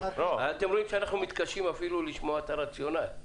אתם רואים שאנחנו מתקשים אפילו לשמוע את הרציונל.